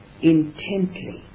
intently